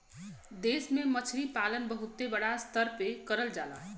देश भर में मछरी पालन बहुते बड़ा स्तर पे करल जाला